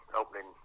opening